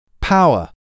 power